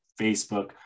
Facebook